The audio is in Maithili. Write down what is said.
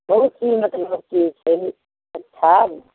बहुत चीज मतलब की छै अच्छा